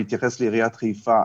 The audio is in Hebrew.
ואני אתייחס לעיריית חיפה,